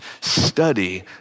study